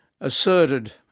asserted